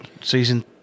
Season